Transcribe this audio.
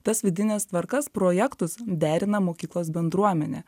tas vidines tvarkas projektus derina mokyklos bendruomenė